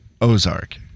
Ozark